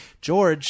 George